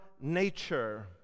nature